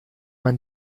man